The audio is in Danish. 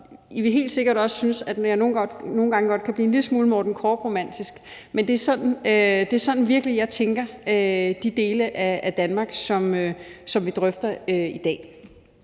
I vil helt sikkert også synes, at jeg nogle gange kan blive en lille smule Morten Koch-romantisk, men det er virkelig sådan, jeg tænker de dele af Danmark, som vi drøfter i dag.